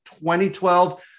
2012